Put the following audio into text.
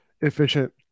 efficient